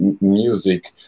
music